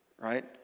right